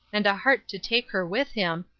and a heart to take her with him,